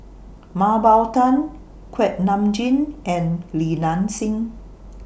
Mah Bow Tan Kuak Nam Jin and Li Nanxing